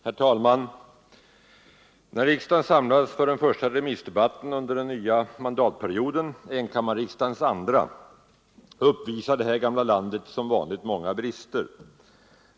Herr talman! När riksdagen samlas för den första remissdebatten under den nya mandatperioden, enkammarriksdagens andra, uppvisar det här gamla landet som vanligt många brister.